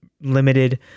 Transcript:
limited